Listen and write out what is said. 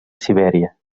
sibèria